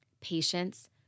patience